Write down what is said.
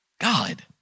God